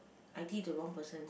I did the wrong person